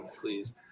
Please